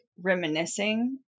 reminiscing